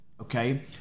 okay